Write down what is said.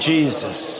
Jesus